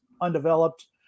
undeveloped